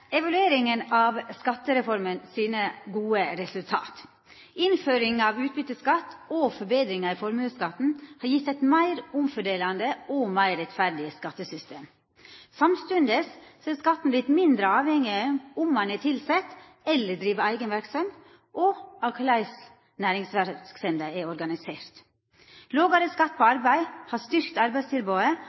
Evalueringa av skattereforma syner gode resultat. Innføringa av utbytteskatt og forbetringar i formuesskatten har gitt eit meir omfordelande og meir rettferdig skattesystem. Samstundes er skatten vorten mindre avhengig av om ein er tilsett eller driv eiga verksemd og av korleis næringsverksemda er organisert. Lågare skatt på arbeid har styrkt arbeidstilbodet,